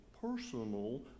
personal